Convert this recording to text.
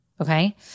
okay